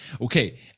okay